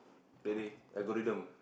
really I got rhythm